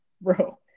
Bro